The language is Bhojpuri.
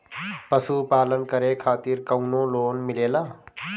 पशु पालन करे खातिर काउनो लोन मिलेला?